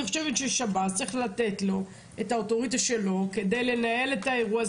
אני חושבת שצריך לתת לשב"ס את האוטוריטה שלו כדי לנהל את האירוע הזה.